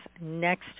next